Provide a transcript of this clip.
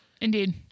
Indeed